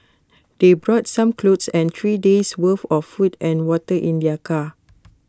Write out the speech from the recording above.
they brought some clothes and three days' worth of food and water in their car